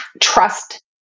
trust